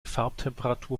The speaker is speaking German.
farbtemperatur